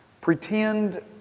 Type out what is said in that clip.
Pretend